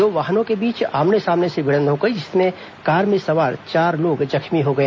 दो वाहनों के बीच आमने सामने से भिडंत हो गई जिससे कार में सवार चार लोग जख्मी हो गए